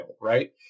right